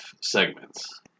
segments